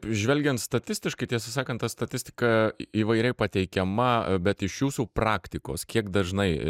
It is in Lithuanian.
žvelgiant statistiškai tiesą sakant ta statistika įvairiai pateikiama bet iš jūsų praktikos kiek dažnai